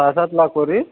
सहा सात लाखावर